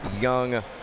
young